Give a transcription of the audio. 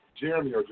Jeremy